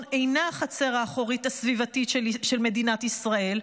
אינה החצר האחורית הסביבתית של מדינת ישראל.